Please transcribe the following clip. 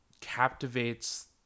captivates